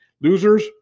losers